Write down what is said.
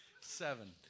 Seven